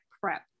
PrEP